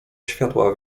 światła